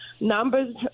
Numbers